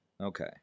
okay